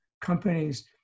companies